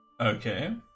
okay